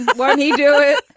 but why did you do